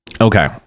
okay